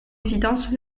évidence